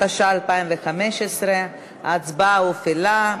התשע"ה 2015, ההצבעה הופעלה.